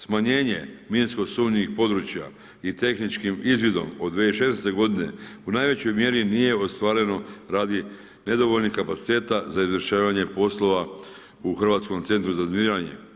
Smanjenje minsko sumnjivih područja i tehničkim izvidom od 2016. godine u najvećoj mjeri nije ostvareno radi nedovoljnih kapaciteta za izvršavanje poslova u Hrvatskom centru za razminiranje.